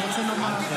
אני רוצה לומר,